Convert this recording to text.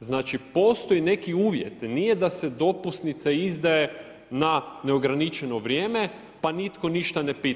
Znači postoji neki uvjet, nije da se dopusnica izdaje na neograničeno vrijeme, pa nitko ništa ne pita.